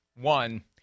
One